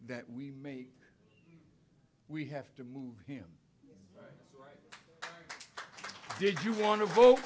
that we make we have to move him did you want to vote